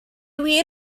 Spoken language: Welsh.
wir